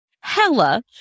Hella